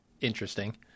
interesting